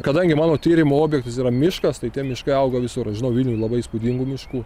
kadangi mano tyrimo objektas yra miškas tai tie miškai auga visur aš žinau vilniuj labai įspūdingų miškų